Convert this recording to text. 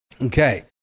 Okay